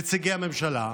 נציגי הממשלה,